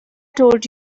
told